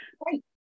Great